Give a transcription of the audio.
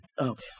Okay